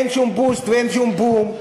אין שום boost ואין שום בום,